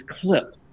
clip